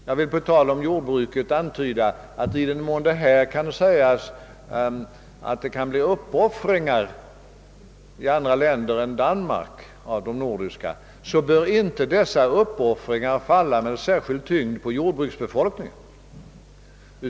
Jag vill på tal om jordbruket antyda att i den mån uppoffringar kan bli nödvändiga i andra länder än Danmark bör dessa inte falla med en särskild tyngd på jordbruksbefolkningen.